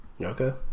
Okay